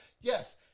Yes